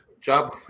job